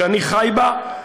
שאני חי בה,